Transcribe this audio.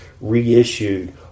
reissued